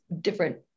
different